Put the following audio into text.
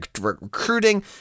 recruiting